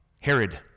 Herod